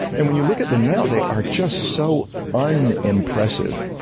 and when you look at them now, they are just so unimpressive.